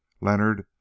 Leonard